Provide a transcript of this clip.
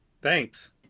Thanks